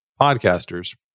podcasters